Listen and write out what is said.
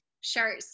Sure